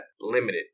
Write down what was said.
limited